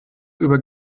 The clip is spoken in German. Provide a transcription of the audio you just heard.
über